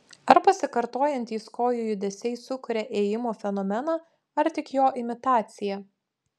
ar pasikartojantys kojų judesiai sukuria ėjimo fenomeną ar tik jo imitaciją